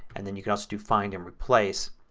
and then you can also do find, and replace.